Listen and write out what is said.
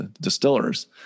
distillers